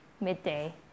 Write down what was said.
midday